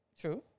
True